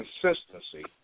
consistency